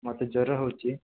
ମୋତେ ଜ୍ୱର ହେଉଛି